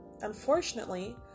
Unfortunately